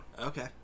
Okay